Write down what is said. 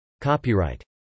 Copyright